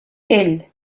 ell